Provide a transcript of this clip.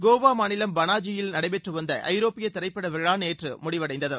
கோவா மாநிலம் பனாஜியில் நடைபெற்று வந்த ஐரோப்பிய திரைப்பட விழா நேற்று முடிவடைந்தது